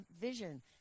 vision